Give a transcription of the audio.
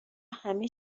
همه